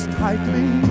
tightly